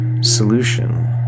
solution